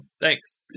Thanks